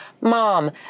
mom